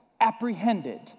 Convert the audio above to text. apprehended